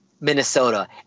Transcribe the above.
Minnesota